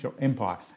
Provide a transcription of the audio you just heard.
Empire